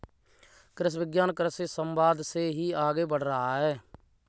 कृषि विज्ञान कृषि समवाद से ही आगे बढ़ रहा है